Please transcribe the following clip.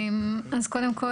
אז קודם כל,